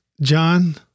John